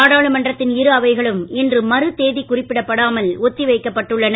நாடாளுமன்றத்தின் இரு அவைகளும் இன்று மறுதேதி குறிப்பிடப்படாமல் ஒத்தி வைக்கப்பட்டுள்ளன